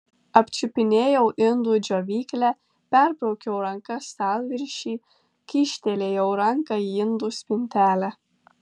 apčiupinėjau indų džiovyklę perbraukiau ranka stalviršį kyštelėjau ranką į indų spintelę